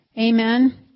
Amen